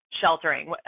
sheltering